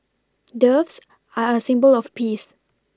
doves are a symbol of peace